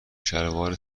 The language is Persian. شلوار